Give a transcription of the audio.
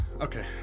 Okay